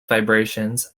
vibrations